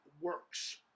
works